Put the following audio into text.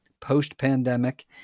post-pandemic